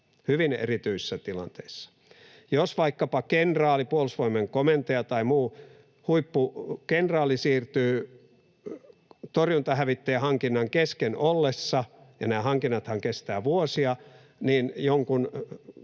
hyvin erityisissä tilanteissa. Jos vaikkapa kenraali, Puolustusvoimien komentaja tai muu huippukenraali siirtyy torjuntahävittäjähankinnan kesken ollessa — nämä hankinnathan kestävät vuosia — jonkun